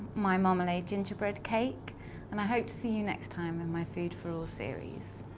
my marmalade gingerbread cake and i hope to see you next time in my food for all series.